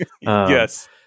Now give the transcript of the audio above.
Yes